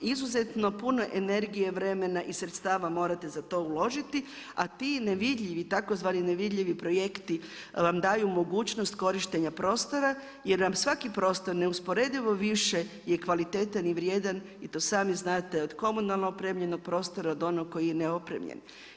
Izuzetno puno energije, vremena i sredstava morate za to uložiti, a ti nevidljivi, tzv. nevidljivi projekti vam daju mogućnost korištenja prostora jer vam svaki prostor neusporedivo više je kvalitetan i vrijedan i to sami znate, od komunalnog opremljenog prostora do onog koji je neopremljen.